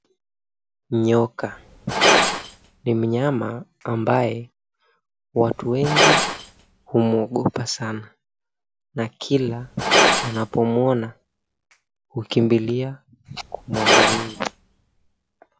Nyoka, ni mnyama ambaye watu wengi hu𝑚𝑤𝑜gopa sana. Na kila unapomwona hukimbilia kumwangamiza.